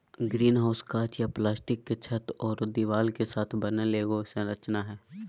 greenhouse काँच या plastic के छत आरो दीवार के साथ बनल एगो संरचना हइ